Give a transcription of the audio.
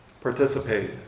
participate